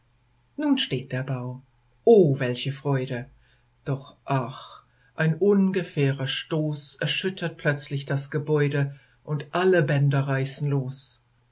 nun steht der bau o welche freude doch ach ein ungefährer stoß erschüttert plötzlich das gebäude und alle bänder reißen los